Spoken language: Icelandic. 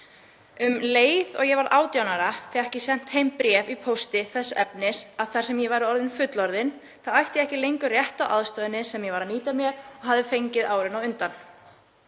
Um leið og ég varð 18 ára fékk ég sent heim bréf í pósti þess efnis að þar sem ég væri orðin fullorðin þá ætti ég ekki lengur rétt á aðstoðinni sem ég var að nýta mér og hafði fengið árin á undan.